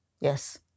Yes